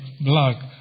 block